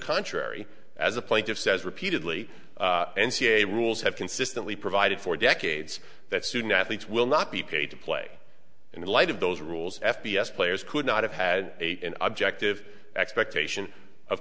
contrary as a plaintive says repeatedly n c a a rules have consistently provided for decades that student athletes will not be paid to play in light of those rules f b s players could not have had a objective expectation of